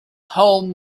home